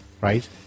Right